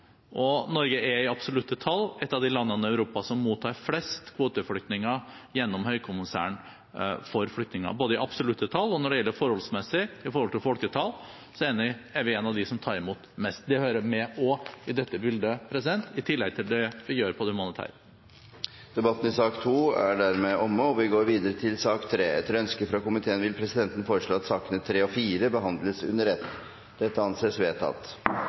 stand. Norge er, i absolutte tall, et av de landene i Europa som mottar flest kvoteflyktninger gjennom Høykommissæren for flyktninger. Både i absolutte tall og i forhold til folketallet er vi et av de landene som tar imot flest – det hører også med i dette bildet – i tillegg til det vi gjør på det humanitære området. Debatten i sak nr. 2 er dermed omme. Etter ønske fra finanskomiteen vil presidenten foreslå at sakene nr. 3 og 4 behandles under ett. – Det anses vedtatt.